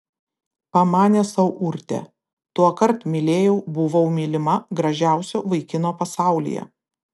pamanė sau urtė tuokart mylėjau buvau mylima gražiausio vaikino pasaulyje